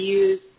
use